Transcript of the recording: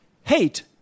Hate